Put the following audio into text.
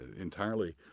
entirely